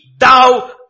Thou